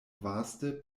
vaste